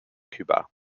cuba